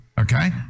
okay